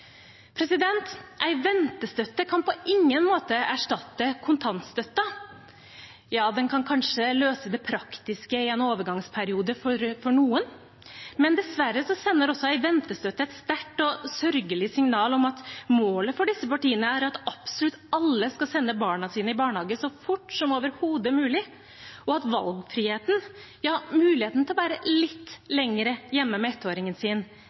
ventestøtte kan på ingen måte erstatte kontantstøtten. Ja, den kan kanskje løse det praktiske i en overgangsperiode for noen, men dessverre sender en ventestøtte et sterkt og sørgelig signal om at målet for disse partiene er at absolutt alle skal sende barna sine i barnehage så fort som overhodet mulig, og at valgfriheten, muligheten til å være litt lenger hjemme med ettåringen sin,